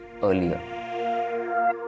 earlier